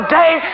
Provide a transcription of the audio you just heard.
day